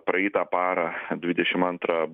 praeitą parą dvidešim antrą